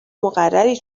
مقرری